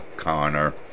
Connor